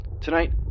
Tonight